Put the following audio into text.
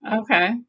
okay